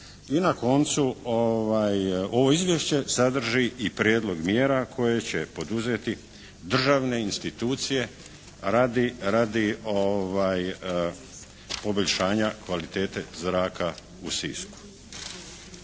I na koncu ovo izvješće sadrži i prijedlog mjera koje će poduzeti državne institucije radi poboljšanja kvalitete zraka u Sisku.